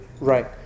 Right